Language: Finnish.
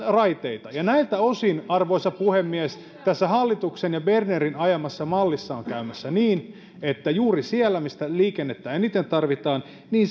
raiteita näiltä osin arvoisa puhemies tässä hallituksen ja bernerin ajamassa mallissa on käymässä niin että juuri siellä missä liikennettä eniten tarvitaan